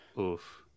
Oof